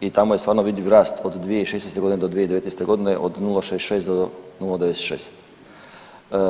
i tamo je stvarno vidljiv rast od 2016. do 2019. godine od 0,66 do 0,96.